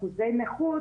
שהאחוזי נכות